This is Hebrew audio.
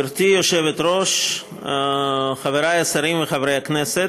גברתי היושבת-ראש, חברי השרים וחברי הכנסת,